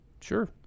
sure